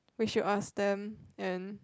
we should ask them and